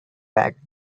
back